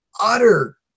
utter